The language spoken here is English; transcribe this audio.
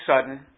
sudden